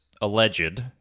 alleged